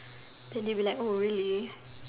then you be like really